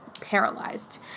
paralyzed